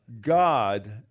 God